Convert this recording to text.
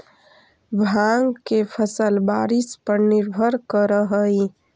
भाँग के फसल बारिश पर निर्भर करऽ हइ